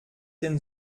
denn